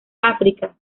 áfrica